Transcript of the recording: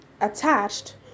attached